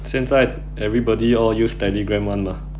现在 everybody all use Telegram [one] lah